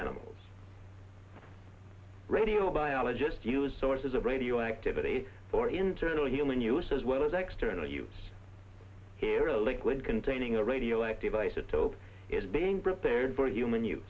animals radio biologists use sources of radioactivity for internal human use as well as extra use here a liquid containing a radioactive isotope is being prepared for human